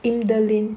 imdalind